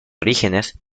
orígenes